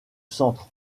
centre